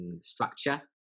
structure